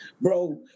bro